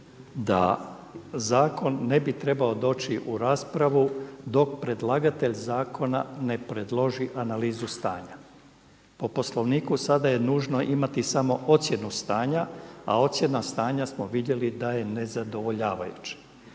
da zakon ne bi trebao doći u raspravu dok predlagatelj zakona ne predloži analizu stanja. Po Poslovniku sada je nužno imati samo ocjenu stanja, a ocjena stanja smo vidjeli da je nezadovoljavajuće.